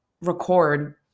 record